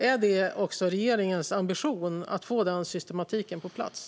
Är det också regeringens ambition att få den systematiken på plats?